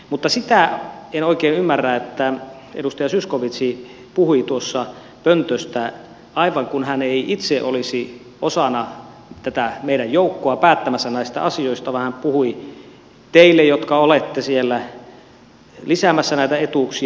mutta sitä en oikein ymmärrä että edustaja zyskowicz puhui tuossa pöntöstä aivan kuin hän ei itse olisi osana tätä meidän joukkoamme päättämässä näistä asioista vaan puhui teille jotka olette siellä lisäämässä näitä etuuksia